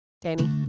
Danny